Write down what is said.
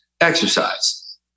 exercise